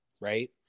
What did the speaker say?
right